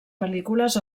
pel·lícules